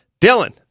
Dylan